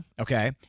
Okay